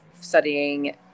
studying